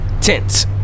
tense